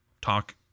talk